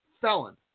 felon